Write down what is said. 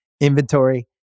inventory